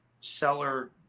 seller